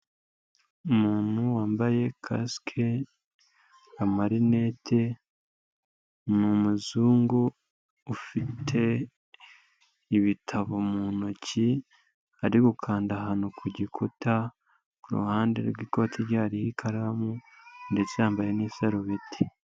Umuntu wambaye kasike, amarinete, ni umuzungu ufite ibitabo mu ntoki ari gukanda ahantu ku gikuta, ku ruhande rw'ikoti rye hariho ikaramu ndetse yambaye n'isarubeti.